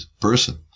person